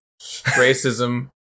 racism